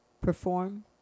perform